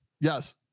Yes